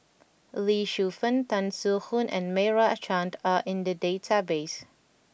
Lee Shu Fen Tan Soo Khoon and Meira Chand are in the database